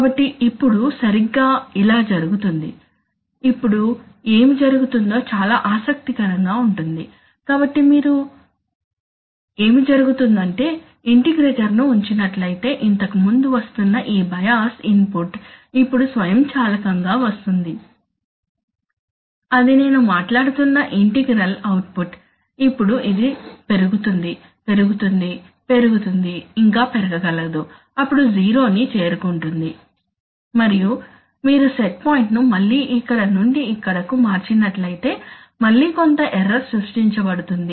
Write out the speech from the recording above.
కాబట్టి ఇప్పుడు సరిగ్గా ఇలా జరుగుతుంది కాబట్టి ఇప్పుడు ఏమి జరుగుతుందో చాలా ఆసక్తికరంగా ఉంటుంది కాబట్టి ఏమి జరుగుతుందంటే ఇంటిగ్రేటర్ను ఉంచినట్లయితే ఇంతకుముందు వస్తున్న ఈ బయాస్ ఇన్ పుట్ ఇప్పుడు స్వయంచాలకంగా వస్తుంది అది నేను మాట్లాడుతున్న ఇంటెగ్రల్ అవుట్ పుట్ ఇప్పుడు ఇది పెరుగుతుంది పెరుగుతుంది పెరుగుతుంది ఇంకా పెరగగలదు అప్పుడు జీరో ని చేరుకుంటుంది మరియు మీరు సెట్ పాయింట్ను మళ్లీ ఇక్కడ నుండి ఇక్కడకు మార్చినట్లయితే మళ్ళీ కొంత ఎర్రర్ సృష్టించబడుతుంది